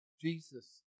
Jesus